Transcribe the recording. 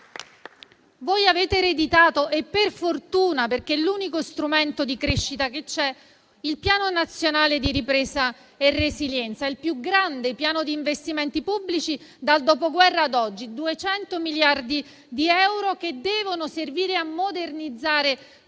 Voi avete ereditato - e per fortuna, perché è l'unico strumento di crescita che c'è - il Piano nazionale di ripresa e resilienza, il più grande piano di investimenti pubblici dal Dopoguerra ad oggi: 200 miliardi di euro che devono servire a modernizzare